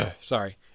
sorry